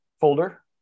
folder